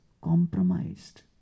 compromised